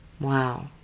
Wow